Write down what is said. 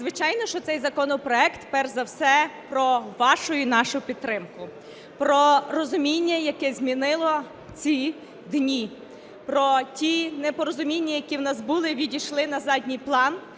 звичайно, що цей законопроект перш за все про вашу і нашу підтримку, про розуміння, яке змінило ці дні. Про ті непорозуміння, які у нас були і відійшли на задній план,